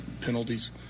penalties